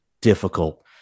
difficult